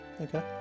Okay